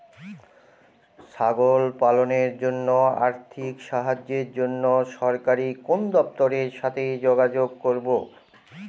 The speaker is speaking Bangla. ছাগল পালনের জন্য আর্থিক সাহায্যের জন্য সরকারি কোন দপ্তরের সাথে যোগাযোগ করব?